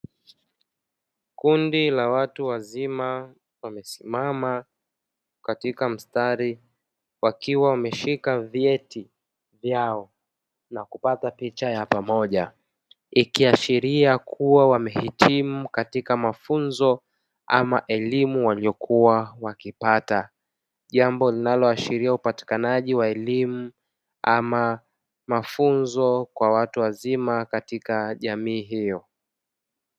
Kundi la watu wazima wamesimama katika mstari wakiwa wameshika vyeti vyao na kupata picha ya pamoja, ikiashiria kuwa wamehitimu katika mafunzo ama elimu waliyokuwa wakipata. Jambo linaloashiria upatikanaji wa elimu ama mafunzo kwa watu wazima katika jamii hiyo.